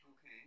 Okay